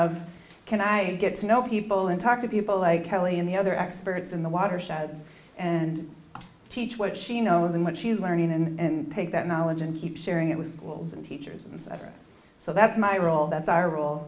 of can i get to know people and talk to people like kelly and the other experts in the watersheds and teach what she knows and what she's learning and take that knowledge and keep sharing it with schools and teachers and so that's my role that's our role